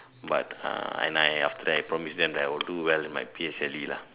but uh and I after that promised them that I will do well in my P_S_L_E lah